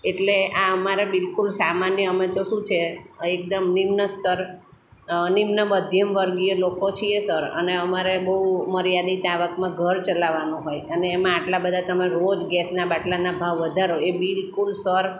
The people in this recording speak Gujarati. એટલે આ અમારે બિલ્કુલ સામાન્ય અમે તો શું છે એકદમ નિમ્ન સ્તર નિમ્ન મધ્યમ વર્ગીય લોકો છીએ સર અને અમારે બહુ મર્યાદિત આવકમાં ઘર ચલાવવાનું હોય અને એમાં આટલા બધા તમે રોજ ગેસના બાટલાના ભાવ વધારો એ બિલ્કુલ સર